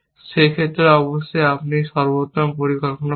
এই ক্ষেত্রে অবশ্যই আপনি সর্বোত্তম পরিকল্পনা পাবেন